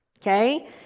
Okay